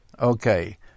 Okay